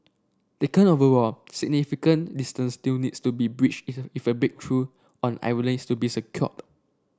taken overall significant distance still needs to be bridged if a big breakthrough on Ireland is to be